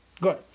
Good